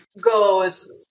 goes